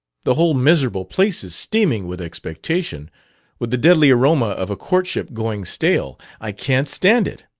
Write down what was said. the whole miserable place is steaming with expectation with the deadly aroma of a courtship going stale. i can't stand it!